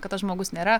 kad tas žmogus nėra